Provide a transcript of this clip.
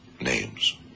Names